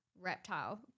reptile